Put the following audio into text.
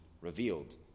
revealed